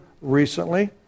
recently